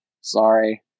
sorry